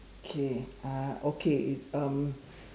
okay uh okay um